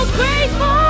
grateful